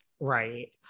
Right